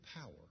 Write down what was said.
power